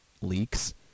leaks